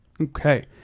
Okay